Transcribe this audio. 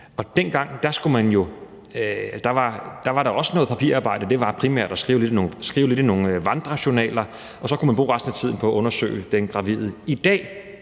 Dengang var der også noget papirarbejde. Det handlede primært om at skrive lidt i nogle vandrejournaler, og så kunne man bruge resten af tiden på at undersøge den gravide. I dag,